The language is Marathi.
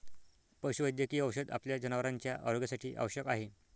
पशुवैद्यकीय औषध आपल्या जनावरांच्या आरोग्यासाठी आवश्यक आहे